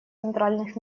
центральных